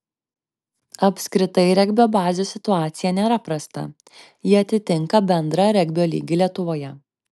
apskritai regbio bazių situacija nėra prasta ji atitinka bendrą regbio lygį lietuvoje